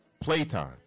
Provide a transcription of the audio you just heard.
playtime